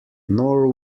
nor